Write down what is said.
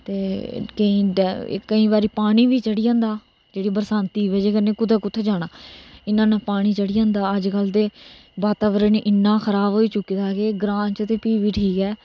ते केंई केई ंबारी पानी बी चढ़ी जंदा जेहड़ा बरसांती दी बजह कन्नै फिर कुतै जाना िना इना पानी चढी जंदा अजकल दा बाताबरण इन्ना खराब होई चुके दा के ग्रां च ते फ्ही बी ठीक ऐ